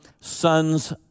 sons